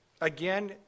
Again